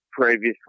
previously